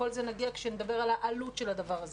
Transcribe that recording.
כל זה נגיע כשנדבר על העלות של הדבר הזה.